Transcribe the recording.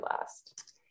last